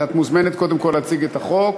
את מוזמנת קודם כול להציג את החוק